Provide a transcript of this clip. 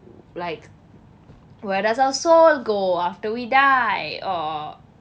like where does our soul go after we die or